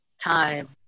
time